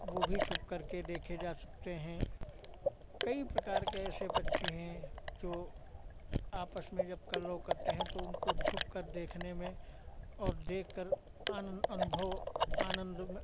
वो भी छुपकर के देखे जा सकते हैं कई प्रकार के ऐसे पक्षी हैं जो आपस में जब कलरव करते हैं तो उनको छुपकर देखने में और देखकर आनंद अनुभव आनंदमय